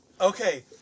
Okay